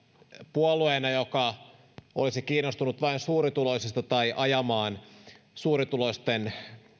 puolueena joka olisi kiinnostunut vain suurituloisista tai ajamaan suurituloisten